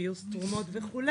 גיוס תרומות וכו'